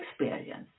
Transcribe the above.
experience